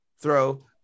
throw